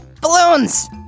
Balloons